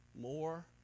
more